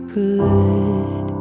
good